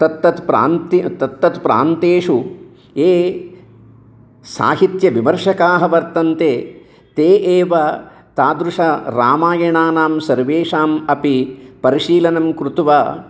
तत्तत् प्रान्तः तत्तत् प्रान्तेषु ये साहित्यविमर्षकाः वर्तन्ते ते एव तादृशरामायणानां सर्वेषाम् अपि परिशीलनं कृत्वा